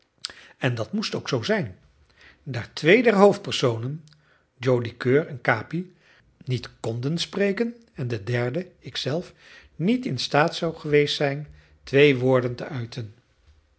en dat moest ook zoo zijn daar twee der hoofdpersonen joli coeur en capi niet konden spreken en de derde ik zelf niet in staat zou geweest zijn twee woorden te uiten